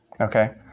Okay